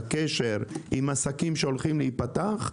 הקשר עם עסקים שהולכים להיפתח,